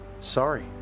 Sorry